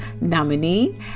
nominee